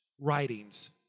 writings